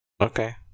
Okay